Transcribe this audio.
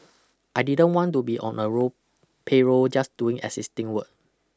I didn't want to be on a roll payroll just doing existing work